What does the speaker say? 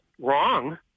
wrong